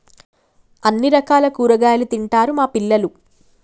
అన్ని రకాల కూరగాయలు తింటారు మా పిల్లలు